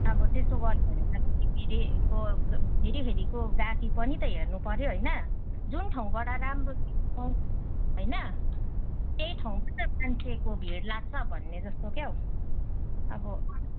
अब त्यसो गऱ्यो भने त फेरिफेरिको गाहाकी पनि त हेर्नुपऱ्यो होइन जुन ठाउँबाट राम्रो चिज पाउँछ होइन त्यही ठाउँमा त मान्छेको भिड लाग्छ भन्ने जस्तो क्या हौ अब